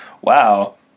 wow